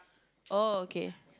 oh okay